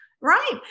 right